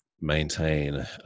maintain